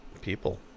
people